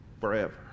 forever